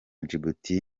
djibouti